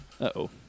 Uh-oh